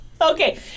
Okay